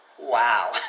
wow